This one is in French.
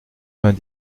vingt